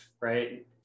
right